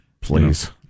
Please